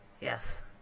Yes